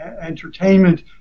entertainment